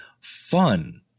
fun